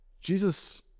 Jesus